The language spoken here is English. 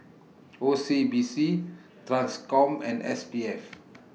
O C B C TRANSCOM and S P F